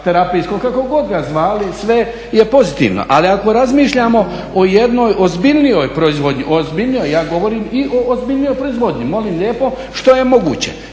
terapijsko kako god ga zvali sve je pozitivno. Ali ako razmišljamo o jednoj ozbiljnoj proizvodnji, ja govorim i o ozbiljnijoj proizvodnji. Molim lijepo što je moguće.